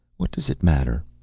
what does it matter?